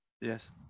Yes